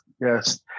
yes